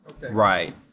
Right